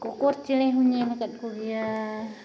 ᱠᱚᱠᱚᱨ ᱪᱮᱬᱮ ᱦᱚᱸᱧ ᱧᱮᱞ ᱟᱠᱟᱫ ᱠᱚᱜᱮᱭᱟ